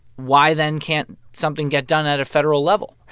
why then can't something get done at a federal level?